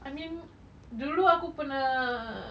I mean dulu aku pernah